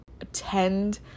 attend